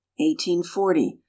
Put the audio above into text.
1840